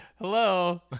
hello